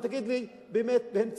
ותגיד לי באמת בהן צדק,